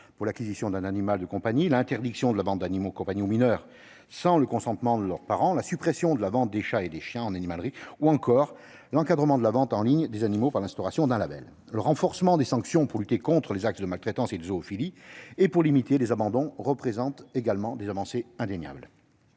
pour l'acquisition d'un animal de compagnie, l'interdiction de la vente d'animaux de compagnie aux mineurs sans le consentement de leurs parents, la suppression de la vente des chats et des chiens en animalerie ou encore l'encadrement de la vente en ligne des animaux par l'instauration d'un label. Le renforcement des sanctions afin de lutter contre les actes de maltraitance et de zoophilie et limiter les abandons représente également une avancée indéniable.